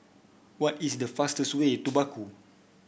what is the fastest way to Baku